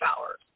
hours